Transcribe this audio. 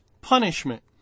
punishment